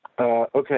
Okay